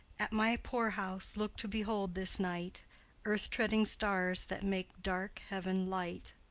at my poor house look to behold this night earth-treading stars that make dark heaven light.